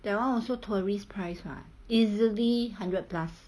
that [one] also tourist price [what] easily hundred plus